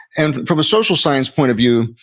and from a social science point of view,